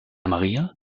maria